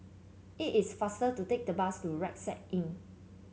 it is faster to take the bus to Rucksack Inn